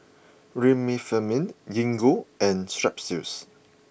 Remifemin Gingko and Strepsils